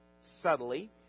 subtly